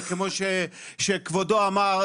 זה כמו שכבודו אמר,